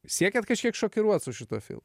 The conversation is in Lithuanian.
siekiat kažkiek šokiruot su šituo filmu